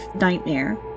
nightmare